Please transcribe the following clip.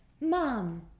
mom